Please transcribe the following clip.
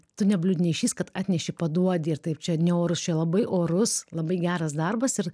tu ne bliudnešys kad atneši paduodi ir taip čia ne orus čia labai orus labai geras darbas ir